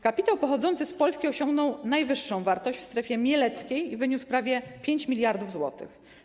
Kapitał pochodzący z Polski osiągnął najwyższą wartość w strefie mieleckiej i wyniósł prawie 5 mld zł.